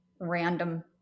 random